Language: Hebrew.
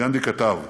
וגנדי כתב: